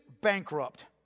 bankrupt